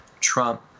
Trump